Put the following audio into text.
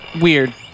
weird